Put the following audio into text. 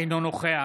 אינו נוכח